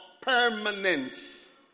permanence